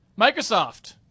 Microsoft